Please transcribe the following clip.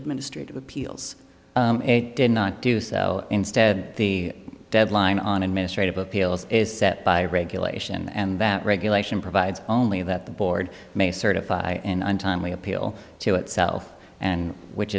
administrative appeals did not do so instead the deadline on administrative appeals is set by regulation and that regulation provides only that the board may certify an untimely appeal to itself and which